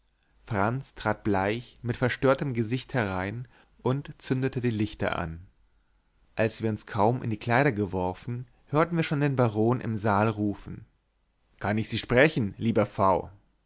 franz trat bleich mit verstörtem gesicht herein und zündete die lichter an als wir uns kaum in die kleider geworfen hörten wir schon den baron im saal rufen kann ich sie sprechen lieber